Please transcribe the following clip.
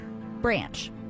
Branch